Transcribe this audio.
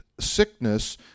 sickness